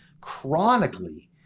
Chronically